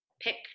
pick